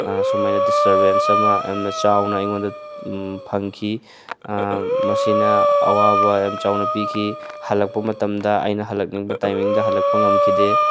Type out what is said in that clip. ꯁꯨꯃꯥꯏꯅ ꯗꯤꯁꯇꯔꯕꯦꯟꯁ ꯑꯃ ꯌꯥꯝꯅ ꯆꯥꯎꯅ ꯑꯩꯉꯣꯟꯗ ꯐꯪꯈꯤ ꯃꯁꯤꯅ ꯑꯋꯥꯕ ꯌꯥꯝ ꯆꯥꯎꯅ ꯄꯤꯈꯤ ꯍꯜꯂꯛꯄ ꯃꯇꯝꯗ ꯑꯩꯅ ꯍꯜꯂꯛꯅꯤꯡꯕ ꯇꯥꯏꯃꯤꯡꯗ ꯍꯜꯂꯛꯄ ꯉꯝꯈꯤꯗꯦ